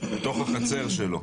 בתוך החצר שלו